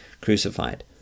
crucified